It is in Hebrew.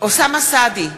אוסאמה סעדי,